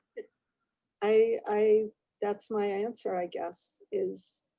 i that's my answer, i guess is.